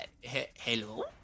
hello